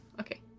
okay